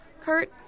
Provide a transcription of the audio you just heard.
Kurt